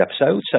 episode